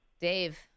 Dave